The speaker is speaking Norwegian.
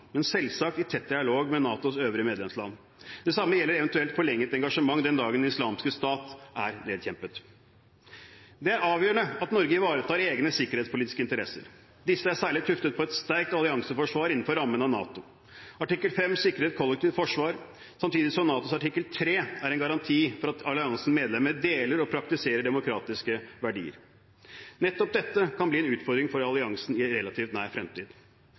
men selvsagt i tett dialog med NATOs øvrige medlemsland. Det samme gjelder eventuelt forlenget engasjement den dagen Den islamske stat er nedkjempet. Det er avgjørende at Norge ivaretar egne sikkerhetspolitiske interesser. Disse er særlig tuftet på et sterkt allianseforsvar innenfor rammen av NATO. Artikkel 5 sikrer et kollektivt forsvar samtidig som NATOs artikkel 3 er en garanti for at alliansens medlemmer deler og praktiserer demokratiske verdier. Nettopp dette kan bli en utfordring for alliansen i relativt nær fremtid.